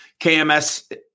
KMS